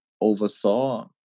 oversaw